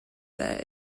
that